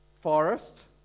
forest